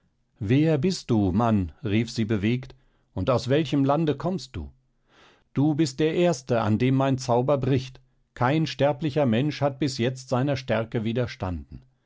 wer bist du mann rief sie bewegt und aus welchem lande kommst du du bist der erste an dem mein zauber bricht kein sterblicher mensch hat bis jetzt seiner stärke widerstanden